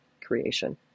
creation